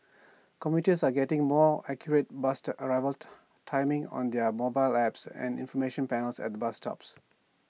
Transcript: commuters are getting more accurate bus arrival timings on their mobile apps and information panels at bus stops